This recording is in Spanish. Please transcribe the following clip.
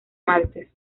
martes